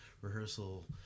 rehearsal